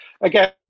again